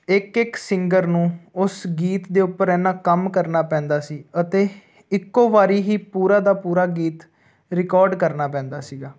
ਇੱਕ ਇੱਕ ਸਿੰਗਰ ਨੂੰ ਉਸ ਗੀਤ ਦੇ ਉੱਪਰ ਇੰਨਾਂ ਕੰਮ ਕਰਨਾ ਪੈਂਦਾ ਸੀ ਅਤੇ ਇੱਕੋ ਵਾਰੀ ਹੀ ਪੂਰਾ ਦਾ ਪੂਰਾ ਗੀਤ ਰਿਕਾਰਡ ਕਰਨਾ ਪੈਂਦਾ ਸੀਗਾ